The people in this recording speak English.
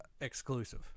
exclusive